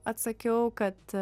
atsakiau kad